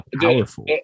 powerful